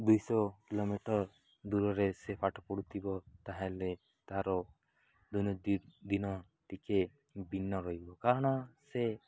ଦୁଇଶହ କିଲୋମିଟର ଦୂରରେ ସେ ପାଠ ପଢ଼ୁଥିବ ତାହେଲେ ତାର ଦୈନ ଦିନ ଟିକେ ଭିନ୍ନ ରହିବ କାରଣ ସେ